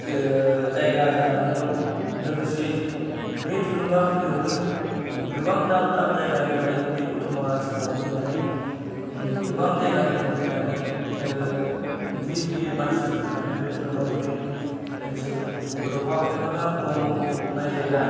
जायगा जानानै दं लोगोसे बे थुलुंगाफुरियावनो गोबां दाब दाब जायगानिफ्राय बे दतमा ओनसोलाव फैनानै गोबां जायगानिफ्राय फैनानै गिदिर गिदिर मानसिफोर फैनानै बे थुलुंगाफुरि ओनसोल बड'फा उपेन्द्रनाथ ब्रह्मखौ फबनाय जायगा